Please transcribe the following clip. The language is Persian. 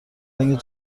لنگ